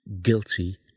Guilty